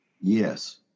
Yes